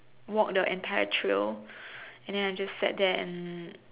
walk the entire trail and then I just sat there and